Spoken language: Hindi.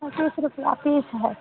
पच्चीस रुपैया पीस है